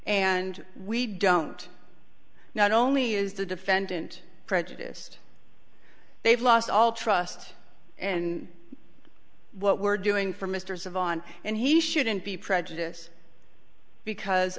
and we don't not only is the defendant prejudiced they've lost all trust and what we're doing for mr savant and he shouldn't be prejudice because